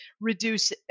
reduce